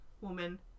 woman